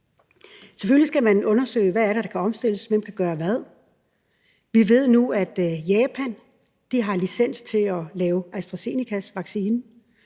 Selvfølgelig skal man undersøge, hvad det er, der kan omstilles, og hvem der kan gøre hvad. Vi ved nu, at Japan har licens til at lave AstraZenecas vaccine.